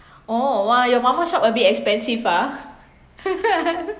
orh !wah! your mama shop a bit expensive ah